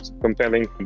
compelling